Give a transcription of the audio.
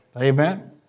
Amen